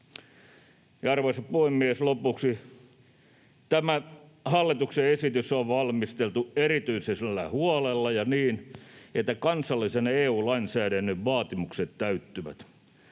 Arvoisa puhemies! Lopuksi: Tämä hallituksen esitys on valmisteltu erityisellä huolella ja niin, että kansallisen ja EU:n lainsäädännön vaatimukset täyttyvät.